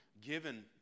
given